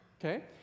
Okay